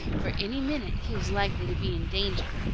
for any minute he was likely to be in danger.